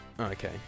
okay